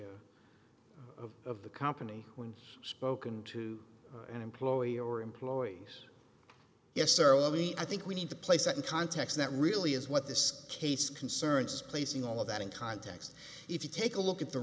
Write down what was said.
the of the company when spoken to an employer employee yes sir let me i think we need to place that in context that really is what this case concerns is placing all of that in context if you take a look at the